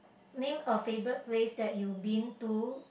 name a favourite place that you been to